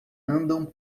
andam